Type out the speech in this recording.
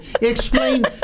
Explain